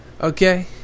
Okay